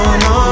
no